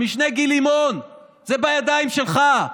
המשנה גיל לימון, זה בידיים שלך.